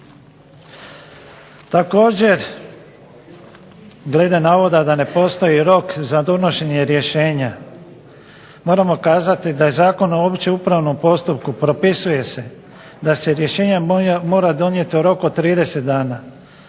Također, glede navoda da ne postoji rok za donošenje rješenja. Moramo kazati da je Zakon o općem upravnom postupku propisuje se da se rješenje mora donijeti u roku od 30 dana,